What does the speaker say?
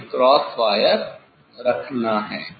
मुझे वहां cross wire रखना है